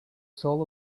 soul